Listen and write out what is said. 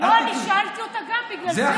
אני שאלתי אותה גם, בגלל זה.